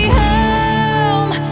home